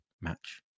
match